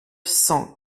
cent